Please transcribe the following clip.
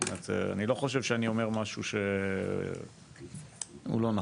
אני לא חושב שאני אומר משהו לא נכון.